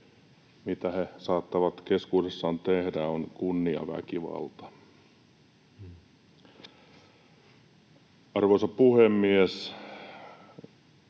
mitä he saattavat keskuudessaan tehdä, on kunniaväkivalta. Arvoisa puhemies!